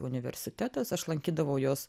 universitetas aš lankydavau jos